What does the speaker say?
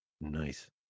Nice